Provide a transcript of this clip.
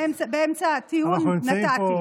באמצע הטיעון נתתי.